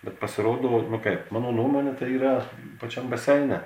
bet pasirodo nu kaip mano nuomone tai yra pačiam baseine